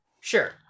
Sure